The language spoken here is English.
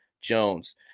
Jones